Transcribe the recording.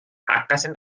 hakkasid